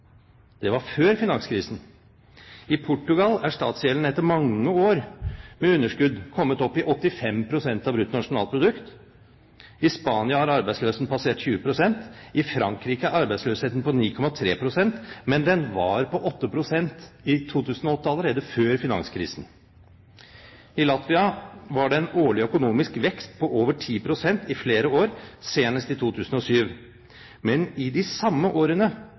Det var før finanskrisen. I Portugal er statsgjelden etter mange år med underskudd kommet opp i 85 pst. av bruttonasjonalproduktet. I Spania har arbeidsløsheten passert 20 pst. I Frankrike er arbeidsløsheten på 9,3 pst., men den var på 8 pst. allerede i 2008, før finanskrisen. I Latvia var det en årlig økonomisk vekst på over 10 pst. i flere år, senest i 2007. Men i de samme årene